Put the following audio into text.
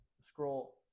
scroll